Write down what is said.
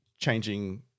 changing